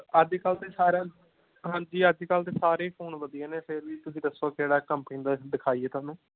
ਅੱਜ ਕੱਲ ਤਾਂ ਸਾਰਿਆਂ ਹਾਂਜੀ ਅੱਜ ਕੱਲ ਤਾਂ ਸਾਰੇ ਹੀ ਫੋਨ ਵਧੀਆ ਨੇ ਫੇਰ ਵੀ ਤੁਸੀਂ ਦੱਸੋ ਕਿਹੜਾ ਕੰਪਨੀ ਦਾ ਦਿਖਾਈਏ ਤੁਹਾਨੂੰ